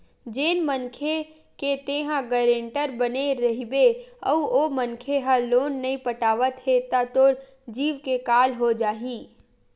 जेन मनखे के तेंहा गारेंटर बने रहिबे अउ ओ मनखे ह लोन नइ पटावत हे त तोर जींव के काल हो जाही